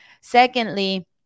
Secondly